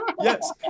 yes